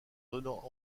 donnant